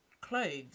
clothes